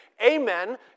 Amen